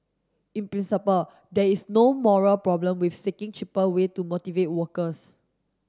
in principle there is no moral problem with seeking cheaper way to motivate workers